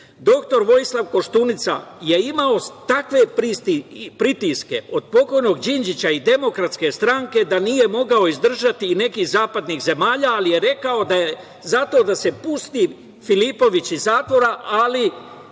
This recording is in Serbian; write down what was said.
doktor Vojislav Koštunica je imao takve pritiske od pokojnog Đinđića i Demokratske stranke da nije mogao izdržati i nekih zapadnih zemalja, ali je rekao da je zato da se pusti Filipović iz zatvora, ali